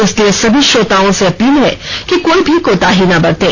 इसलिए सभी श्रोताओं से अपील है कि कोई भी कोताही ना बरतें